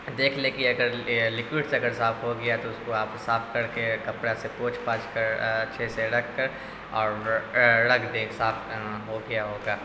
دیکھ لیں کہ اگر لکوڈ سے اگر صاف ہو گیا تو اس کو آپ صاف کر کے کپڑا سے پوچھ پاچھ کر اچھے سے رکھ کر اور رکھ دیں صاف ہو گیا ہوگا